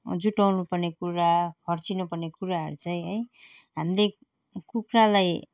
जुटाउनु पर्ने कुरा खर्चिनु पर्ने कुराहरू चाहिँ है हामीले कुखुरालाई